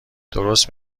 درست